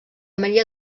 maria